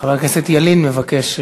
חבר הכנסת ילין מבקש,